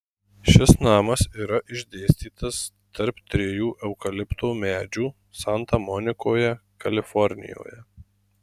šis namas yra išdėstytas tarp trijų eukalipto medžių santa monikoje kalifornijoje